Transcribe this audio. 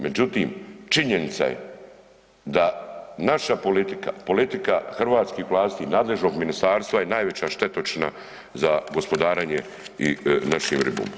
Međutim, činjenica je da naša politika, politika hrvatskih vlasti, nadležnog ministarstva je najveća štetočina za gospodarenje našom ribom.